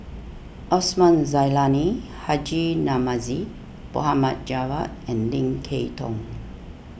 Osman Zailani Haji Namazie Mohd Javad and Lim Kay Tong